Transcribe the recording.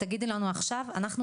תגידו לנו עכשיו ואנחנו,